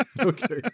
Okay